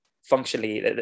functionally